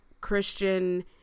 Christian